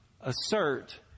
assert